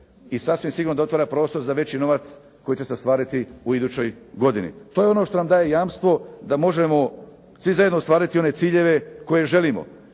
i sasvim sigurno da otvara prostor za veći novac koji će se ostvariti u idućoj godini. To je ono što nam daje jamstvo da možemo svi zajedno ostvariti one ciljeve koje želimo,